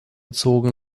zogen